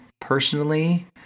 personally